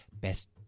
best